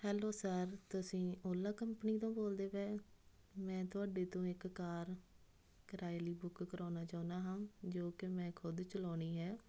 hello sir ਤੁਸੀਂ Ola company ਤੋਂ ਬੋਲਦੇ ਪਏ ਹੋ ਮੈਂ ਤੁਹਾਡੇ ਤੋਂ ਇੱਕ ਕਾਰ ਕਿਰਾਏ ਲਈ ਬੁੱਕ ਕਰਵਾਉਣਾ ਚਾਹੁੰਦਾ ਹਾਂ ਜੋ ਕਿ ਮੈਂ ਖੁਦ ਚਲਾਉਣੀ ਹੈ